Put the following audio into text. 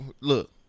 Look